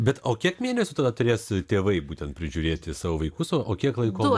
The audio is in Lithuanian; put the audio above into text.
bet o kiek mėnesių tada turės tėvai būtent prižiūrėti savo vaikus o kiek laiko